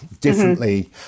differently